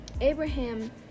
Abraham